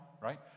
right